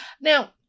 Now